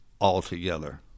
altogether